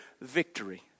victory